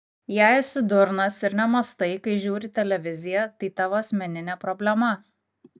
jei esi durnas ir nemąstai kai žiūri televiziją tai tavo asmeninė problema